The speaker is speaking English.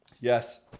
Yes